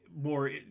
more